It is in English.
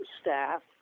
staff